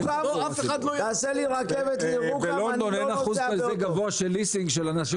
בלונדון אין אחוז כזה גבוה של ליסינג של אנשים שנוסעים בחינם.